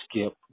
Skip